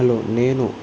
hello నేను